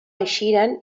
eixiren